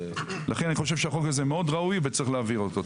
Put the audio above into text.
לכן אני חושב שהחוק הזה ראוי מאוד וצריך להעביר אותו.